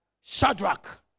Shadrach